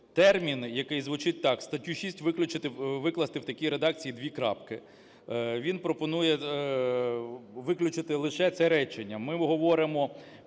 термін, який звучить так: "Статтю 6 викласти в такій редакції:". Він пропонує виключити лише це речення. Ми говоримо